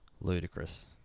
ludicrous